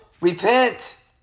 repent